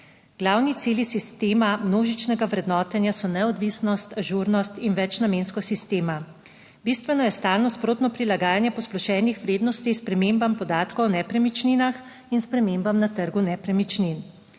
Glavni cilji sistema množičnega vrednotenja so neodvisnost, ažurnost in večnamenskost sistema. Bistveno je stalno, sprotno prilagajanje posplošenih vrednosti spremembam podatkov o nepremičninah in spremembam na trgu nepremičnin.